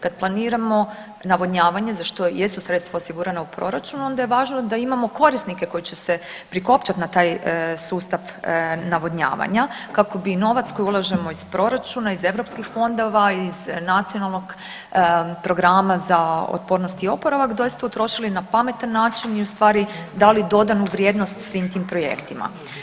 Kada planiramo navodnjavanje za što jesu sredstva osigurana u proračunu onda je važno da imamo korisnike koji će se prikopčati na taj sustav navodnjavanja kako bi novac koji ulažemo iz proračuna, iz europskih fondova, iz nacionalnog programa za otpornost i oporavak doista utrošili na pametan način i ustvari dali dodanu vrijednost svim tim projektima.